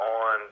on